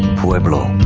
pueblo,